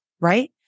right